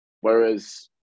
whereas